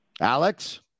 Alex